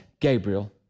Gabriel